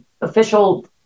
official